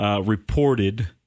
reported